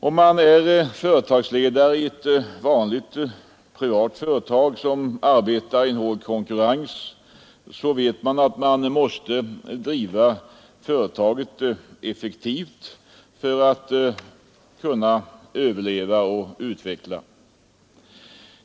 Om man är företagsledare i ett vanligt privat företag, som arbetar i hård konkurrens, vet man att man måste driva företaget effektivt för att det skall kunna överleva och utvecklas.